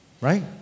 Right